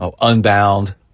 Unbound